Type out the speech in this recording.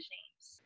James